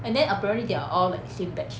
and then apparently they're all like the same batch